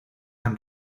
han